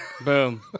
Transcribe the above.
Boom